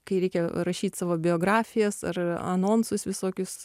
kai reikia rašyt savo biografijas ar anonsus visokius